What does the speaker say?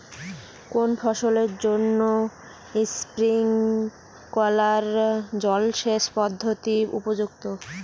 কোন ফসলের জন্য স্প্রিংকলার জলসেচ পদ্ধতি উপযুক্ত?